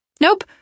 Nope